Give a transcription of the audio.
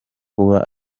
kuba